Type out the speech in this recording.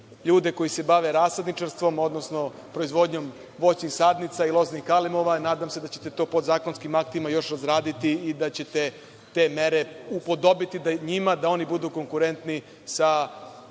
ljude koji se bave rasadničarstvom, odnosno proizvodnjom voćnih sadnica i loznih kalemova, i nadam se da ćete to podzakonskim aktima još razraditi i da ćete te mere upodobiti njima da i oni budu konkurentni sa